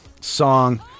Song